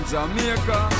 Jamaica